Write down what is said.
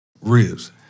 Ribs